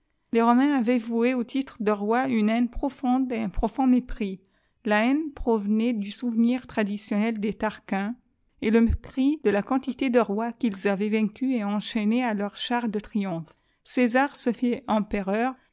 les romains avaient voué au titre de roi une haine profonde un profond mépris la haine provenait du souvenir traditiooml des tarquins et le mépris de la quantité de rois qu'ite avaient vaincus et enchaînés à leurs chars de triomphe césar se fait empittrar